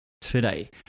today